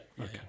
okay